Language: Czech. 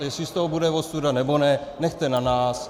Jestli z toho bude ostuda, nebo ne, nechte na nás.